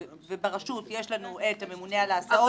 וברשות יש לנו את הממונה על ההסעות,